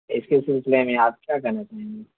اس کے سلسلے میں آپ کیا کہنا چاہیں گے